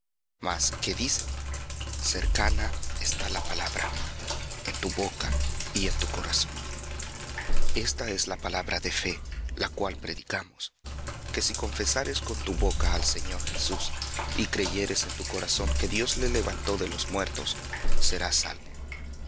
mas qué dice cercana está la palabra en tu boca y en tu corazón esta es la palabra de fe la cual predicamos que si confesares con tu boca al señor jesús y creyeres en tu corazón que dios le levantó de los muertos serás salvo